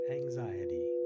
anxiety